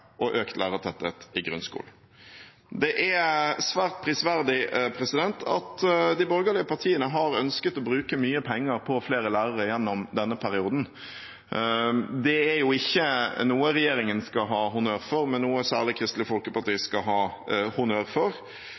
og økt lærertetthet i grunnskolen. Det er svært prisverdig at de borgerlige partiene har ønsket å bruke mye penger på flere lærere gjennom denne perioden. Det er jo ikke noe regjeringen skal ha honnør for, men noe særlig Kristelig Folkeparti skal ha honnør for.